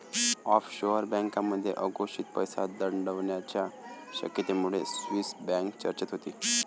offshore बँकांमध्ये अघोषित पैसा दडवण्याच्या शक्यतेमुळे स्विस बँक चर्चेत होती